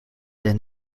than